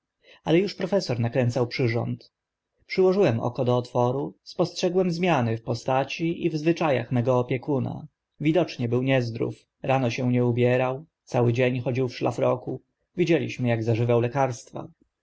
ale uż profesor nakręcał przyrząd przyłożyłem oko do otworu spostrzegłem zmiany w postaci i w zwycza ach mego opiekuna widocznie był niezdrów rano się nie ubierał cały dzień chodził w szlaoku widzieliśmy ak zażywał lekarstwa